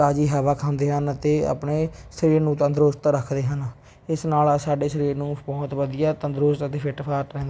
ਤਾਜ਼ੀ ਹਵਾ ਖਾਂਦੇ ਹਨ ਅਤੇ ਆਪਣੇ ਸਰੀਰ ਨੂੰ ਤੰਦਰੁਸਤ ਰੱਖਦੇ ਹਨ ਇਸ ਨਾਲ ਆ ਸਾਡੇ ਸਰੀਰ ਨੂੰ ਬਹੁਤ ਵਧੀਆ ਤੰਦਰੁਸਤ ਅਤੇ ਫਿੱਟ ਫਾਟ ਰਹਿੰ